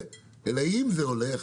הזה אלא אם זה הולך,